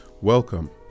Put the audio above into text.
Welcome